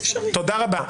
תודה רבה.